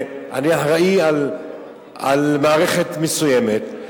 אני אחראי על מערכת מסוימת,